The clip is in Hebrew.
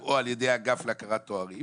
להשכלה גבוהה או על ידי האגף להכרת תארים,